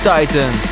Titan